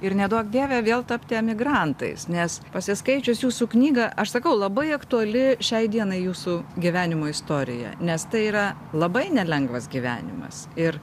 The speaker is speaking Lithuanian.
ir neduok dieve vėl tapti emigrantais nes pasiskaičius jūsų knygą aš sakau labai aktuali šiai dienai jūsų gyvenimo istorija nes tai yra labai nelengvas gyvenimas ir